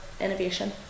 innovation